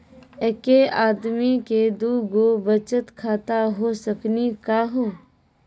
एके आदमी के दू गो बचत खाता हो सकनी का हो?